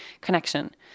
connection